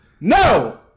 No